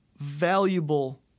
valuable